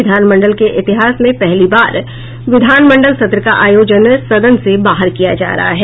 विधान मंडल के इतिहास में पहली बार विधान मंडल सत्र का आयोजन सदन से बाहर किया जा रहा है